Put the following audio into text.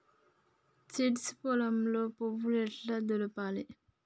Seeds పొలంలో పువ్వు ఎట్లా దులపాలి?